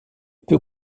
peu